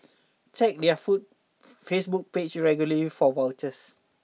check their food Facebook page regularly for vouchers